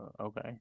okay